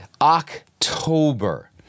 October